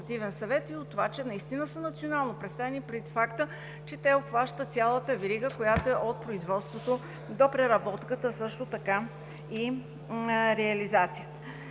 и от това, че наистина са национално представени, и от факта, че те обхващат цялата верига, която е от производството до преработката, а също така и реализацията.